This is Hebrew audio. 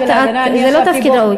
זה לא עניין של הגנה,